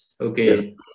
Okay